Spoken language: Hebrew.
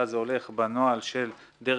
ואז זה הולך בנוהל של דרך